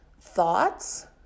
thoughts